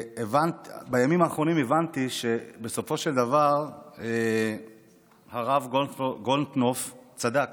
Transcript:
בימים האחרונים הבנתי שבסופו של דבר הרב גולדקנופ צדק